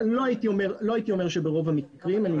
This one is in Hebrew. הייתי אומר שברוב המקרים.